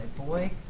boy